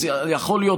אז יכול להיות,